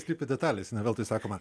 slypi detalėse ne veltui sakoma